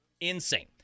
Insane